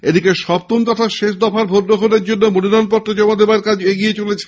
এদিকে সপ্তম তথা শেষ দফার ভোট গ্রহণের জন্য মনোনয়ন পত্র জমা দেওয়ার কাজ এগিয়ে চলেছে